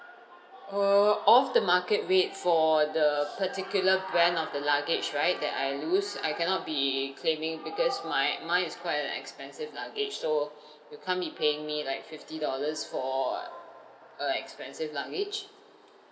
err off the market rate for the particular brand of the luggage right that I lose I cannot be claiming because my mine is quite an expensive luggage so you can't be paying me like fifty dollars for a expensive luggage